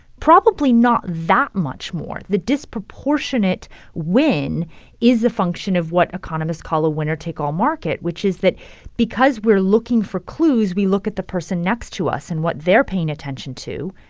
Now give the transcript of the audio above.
probably not that much more the disproportionate win is the function of what economists call a winner-take-all market, which is that because we're looking for clues, we look at the person next to us and what they're paying attention to.